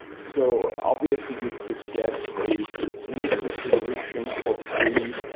so obviously you could get a linux distribution for free.